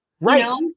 right